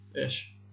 ish